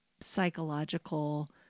psychological